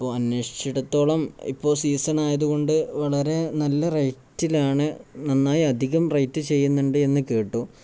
അപ്പോള് അന്വേഷിച്ചിടത്തോളം ഇപ്പോള് സീസൺ ആയതുകൊണ്ട് വളരെ നല്ല റേറ്റിലാണ് നന്നായി അധികം റേറ്റ് ചെയ്യുന്നുണ്ട് എന്നു കേട്ടു